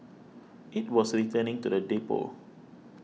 it was returning to the depot